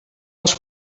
als